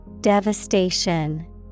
Devastation